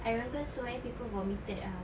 I remember so many people vomited ah